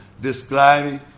describing